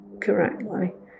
correctly